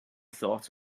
thoughts